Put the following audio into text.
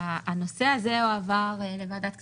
הנושא הזה הועבר לוועדת הכספים,